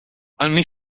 only